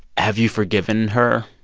have you forgiven her?